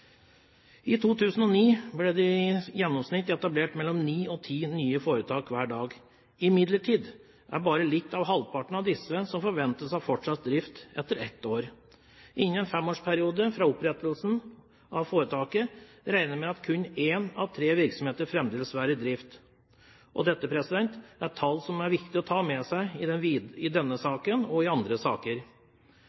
I 2009 ble det i gjennomsnitt etablert mellom ni og ti nye foretak hver dag. Imidlertid er det bare litt over halvparten av disse som forventes å ha fortsatt drift etter ett år. Innen en femårsperiode fra opprettelsen av foretakene regner en med at kun én av tre virksomheter fremdeles vil være i drift. Dette er tall som det er viktig å ta med seg i denne saken, og i